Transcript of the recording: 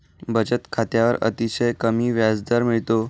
बचत खात्यावर अतिशय कमी व्याजदर मिळतो